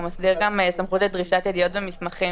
הסעיף מסדיר גם סמכות לדרישת ידיעות ומסמכים.